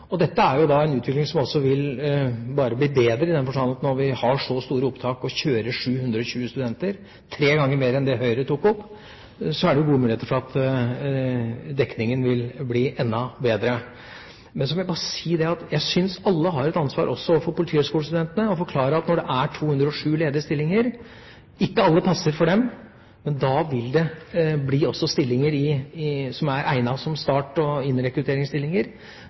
Dette er jo da en utvikling som også bare vil bli bedre, i den forstand at når vi har så store opptak og kjører 720 studenter, tre ganger mer enn det Høyre tok opp, er det gode muligheter for at dekningen vil bli enda bedre. Men så må jeg bare si at jeg syns alle har et ansvar, også overfor politihøyskolestudentene, med å forklare at når det er 207 ledige stillinger – ikke alle passer for dem – vil det også bli stillinger som er egnet som start- og